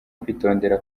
kwitondera